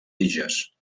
tiges